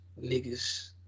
niggas